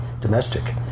domestic